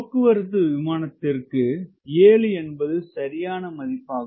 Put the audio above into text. போக்குவரத்து விமானத்திற்கு 7 என்பது சரியான மதிப்பாகும்